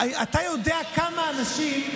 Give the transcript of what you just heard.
אתה יודע כמה אנשים,